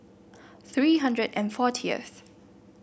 three hundred and fortieth